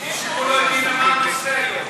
מישהו פה לא הבין מה הנושא היום.